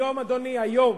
היום, אדוני, היום,